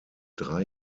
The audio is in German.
drei